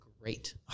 great